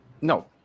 No